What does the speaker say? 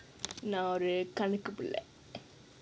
நான் ஒரு கணக்கு பிள்ள:naan oru kanakku pilla